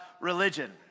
religion